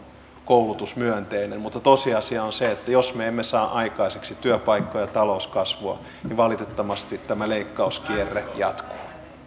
koulutusmyönteinen mutta tosiasia on se että jos me emme saa aikaiseksi työpaikkoja ja talouskasvua niin valitettavasti tämä leikkauskierre jatkuu